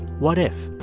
what if?